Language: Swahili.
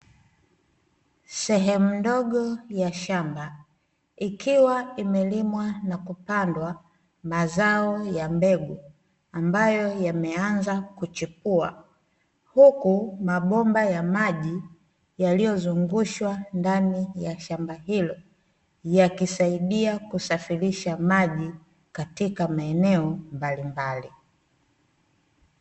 Sehemu ndogo ya shamba ikiwa imelimwa na kupandwa mazao ya mbegu ambayo yameanza kuchepua, huku mabomba ya maji yaliyozungushwa ndani ya shamba hilo, yakisaidia kusafirisha maji katika maeneo mbalimbali.